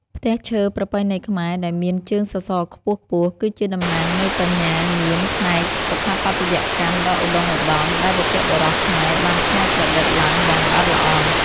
ផ្ទះឈើប្រពៃណីខ្មែរដែលមានជើងសសរខ្ពស់ៗ គឺជាតំណាងនៃបញ្ញាញាណផ្នែកស្ថាបត្យកម្មដ៏ឧត្តុង្គឧត្តម ដែលបុព្វបុរសខ្មែរបានច្នៃប្រឌិតឡើងយ៉ាងល្អិតល្អន់។